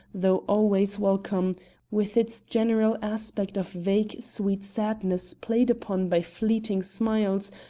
though always welcome with its general aspect of vague sweet sadness played upon by fleeting smiles,